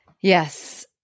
Yes